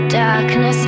darkness